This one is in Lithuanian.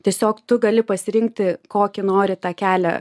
tiesiog tu gali pasirinkti kokį nori tą kelią